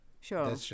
Sure